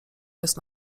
jest